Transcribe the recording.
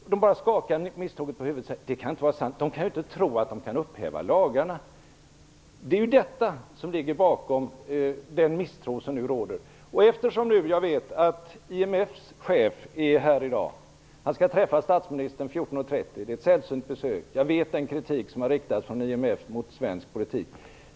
De har bara skakat misstroget på huvudet och sagt: "Det kan inte vara sant; de kan ju inte tro att de kan upphäva lagarna." Det är detta som ligger bakom den misstro som nu råder. Jag vet att IMF:s chef är här i dag och skall träffa statsministern kl. 14.30. Det är ett sällsynt besök. Jag känner till den kritik som har riktats från IMF mot svensk politik.